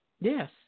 Yes